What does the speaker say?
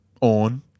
on